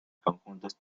conjuntos